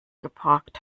geparkt